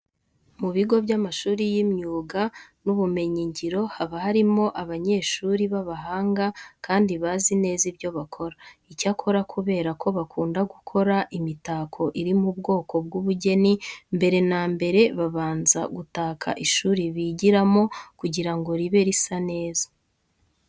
Mu bigo by'amashuri y'imyuga n'ubumenyingiro haba harimo abanyeshuri b'abahanga kandi bazi neza ibyo bakora. Icyakora kubera ko bakunda gukora imitako iri mu bwoko bw'ubugeni, mbere na mbere babanza gutaka ishuri bigiramo kugira ngo ribe risa neza.